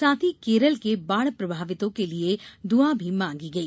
साथ ही केरल के बाढ़ प्रभावितों के लिये भी दुआ मांगी गई